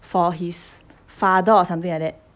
for his father or something like that